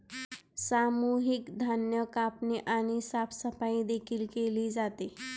सामूहिक धान्य कापणी आणि साफसफाई देखील केली जाते